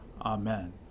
Amen